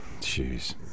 Jeez